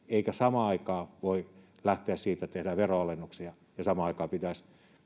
eikä samaan aikaan voi lähteä siitä että tehdään veronalennuksia ja samaan aikaan pitäisi